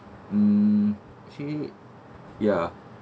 hmm actually ya